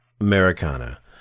Americana